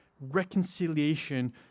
reconciliation